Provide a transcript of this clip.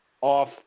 off